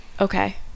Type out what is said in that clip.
okay